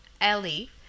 ali